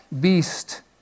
beast